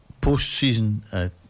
post-season